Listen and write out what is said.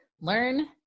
Learn